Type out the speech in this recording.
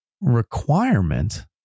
requirement